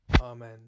Amen